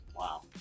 Wow